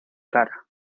cara